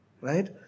right